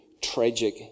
tragic